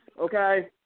okay